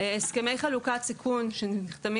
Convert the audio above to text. הנושא הבא: הסכמי חלוקת סיכון שנחתמים